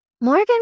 Morgan